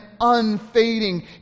unfading